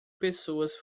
pessoas